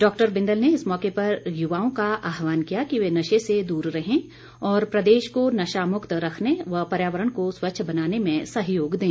doctor Bindal ने इस मौके पर युवाओं का आहवान किया कि वे नशे से दूर रहे और प्रदेश को नशामुक्त रखने व पर्यावरण को स्वच्छ बनाने में सहयोग दें